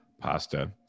pasta